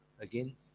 again